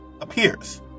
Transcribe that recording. appears